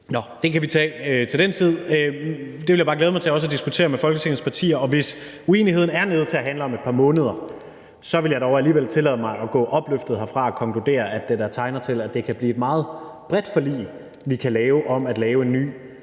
Nå, det kan vi tage til den tid – det vil jeg bare glæde mig til også at diskutere med Folketingets partier. Og hvis uenigheden er nede på at handle om et par måneder, vil jeg dog alligevel tillade mig at gå opløftet herfra og konkludere, at det da tegner til, at det kan blive et meget bredt forlig, vi kan lave, om at lave en ny